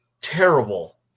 terrible